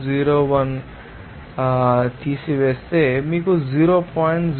01 మీరు దానిని తీసివేస్తే మీకు ఈ 0